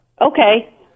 okay